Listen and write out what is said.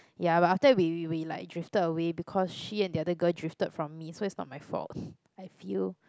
ya but after that we we we like drifted away because she and the other girl drifted from me so it's not my fault I feel